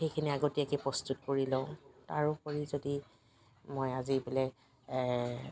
সেইখিনি আগতীয়াকৈ প্ৰস্তুত কৰি লওঁ তাৰোপৰি যদি মই আজি বোলে